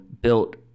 built